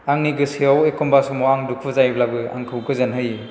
आंनि गोसोयाव एखनबा समाव आं दुखु जायोब्लाबो आंखौ गोजोन होयो